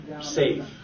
safe